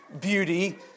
beauty